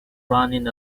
running